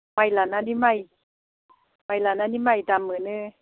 माइ लानानै माइ माइ लानानै माइ दाम मोनो